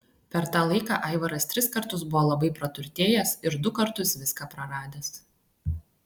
per tą laiką aivaras tris kartus buvo labai praturtėjęs ir du kartus viską praradęs